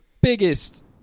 biggest